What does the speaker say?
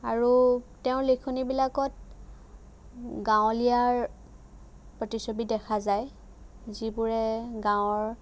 আৰু তেওঁৰ লিখনিবিলাকত গাঁৱলীয়াৰ প্ৰতিচ্ছবি দেখা যায় যিবোৰে গাঁৱৰ